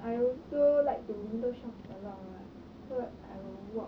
I also like to window shop a lot what so I'll walk